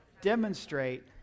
demonstrate